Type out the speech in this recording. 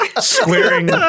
Squaring